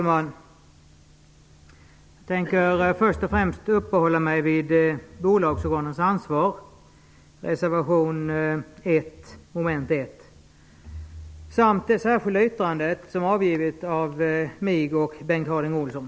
Herr talman! Jag tänker främst uppehålla mig vid reservation 1 under mom. 1 om bolagsorganens ansvar samt det särskilda yttrande som avgivits av mig och Bengt Harding Olson.